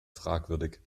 fragwürdig